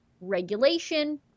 regulation